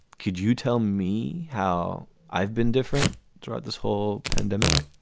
could you tell me how i've been different throughout this whole pandemic?